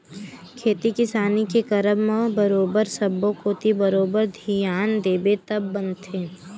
खेती किसानी के करब म बरोबर सब्बो कोती बरोबर धियान देबे तब बनथे